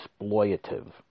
exploitative